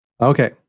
Okay